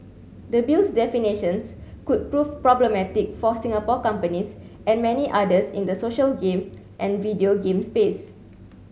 the Bill's definitions could prove problematic for Singapore companies and many others in the social game and video game space